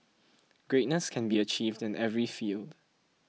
greatness can be achieved in every field